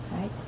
right